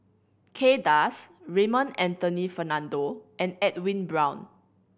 Kay Das Raymond Anthony Fernando and Edwin Brown